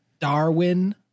Darwin